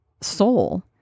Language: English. soul